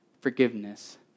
forgiveness